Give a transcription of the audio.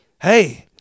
Hey